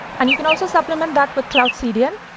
and you can also supplement that with cloud cdn.